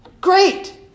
Great